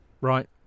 Right